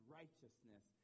righteousness